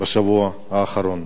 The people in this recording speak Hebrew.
בשבוע האחרון: